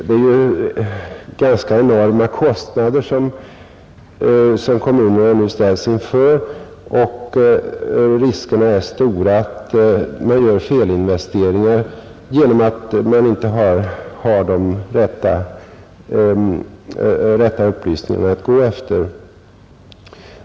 Det är ju ganska enorma kostnader som kommunerna nu ställs inför och riskerna är stora att man gör felinvesteringar genom att man inte har de rätta upplysningarna att gå efter.